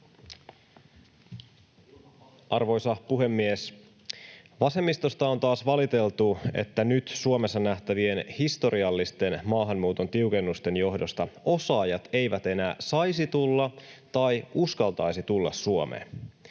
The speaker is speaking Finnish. Arvoisa puhemies! Vasemmistosta on taas valiteltu, että nyt Suomessa nähtävien historiallisten maahanmuuton tiukennusten johdosta osaajat eivät enää saisi tulla tai uskaltaisi tulla Suomeen.